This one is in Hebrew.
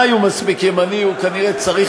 לפחות שמה שבעיני מספיק ימני כנראה צריך